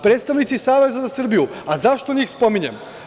Predstavnici Saveza za Srbiju, zašto njih spominjem?